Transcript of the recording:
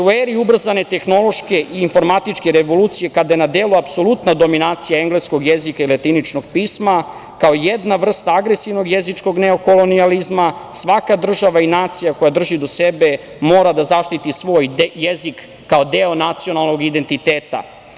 U eri ubrzane tehnološke i informatičke revolucije kada je na delu apsolutna dominacija engleskog jezika i latiničnog pisma, kao jedna vrsta agresivnog jezičkog neokolonijalizma, svaka država i nacija koja drži do sebe mora da zaštiti svoj jezik kao deo nacionalnog identiteta.